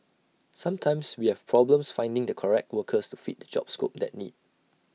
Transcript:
sometimes we have problems finding the correct workers to fit the job scope that need